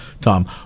Tom